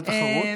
איזו תחרות?